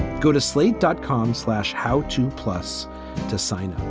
go to slate dot com slash. how to. plus to sign up.